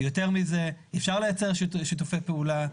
יותר מזה: אפשר לייצר שיתופי פעולה.